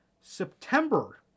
September